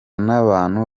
n’abantu